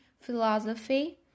philosophy